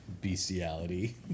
bestiality